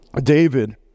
David